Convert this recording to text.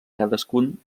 cadascun